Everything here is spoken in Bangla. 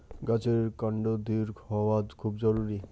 গাছের কান্ড দৃঢ় হওয়া খুব জরুরি